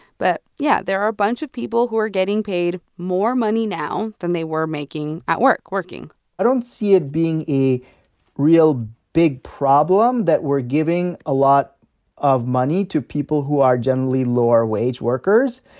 but, yeah, there are a bunch of people who are getting paid more money now than they were making at work working i don't see it being a real big problem that we're giving a lot of money to people who are generally lower-wage workers.